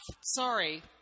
Sorry